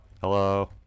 Hello